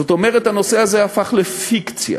זאת אומרת שהנושא הזה הפך לפיקציה.